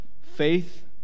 faith